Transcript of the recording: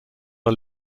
are